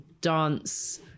dance